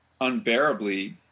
unbearably